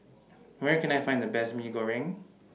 Where Can I Find The Best Mee Goreng